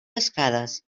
cascades